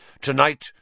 Tonight—